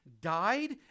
died